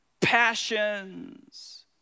passions